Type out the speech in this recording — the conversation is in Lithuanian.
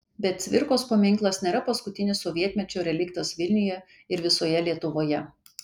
bet cvirkos paminklas nėra paskutinis sovietmečio reliktas vilniuje ir visoje lietuvoje